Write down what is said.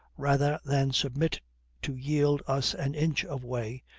rather than submit to yield us an inch of way,